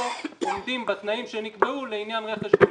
בכללותו עומדים בתנאים שנקבעו לעניין רכש גומלין.